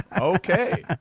Okay